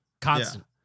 constant